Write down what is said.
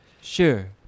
Sure